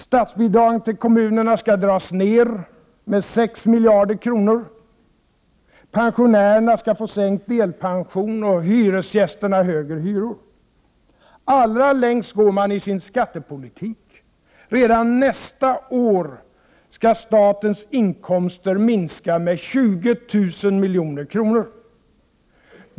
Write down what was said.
Statsbidragen till kommunerna skall dras ned med sex miljarder kronor. Pensionärerna skall få sänkt delpension och hyresgästerna högre hyror. Allra längst går man i sin skattepolitik. Redan nästa år skall statens inkomster minska med 20 000 milj.kr.